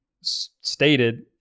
stated